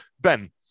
Ben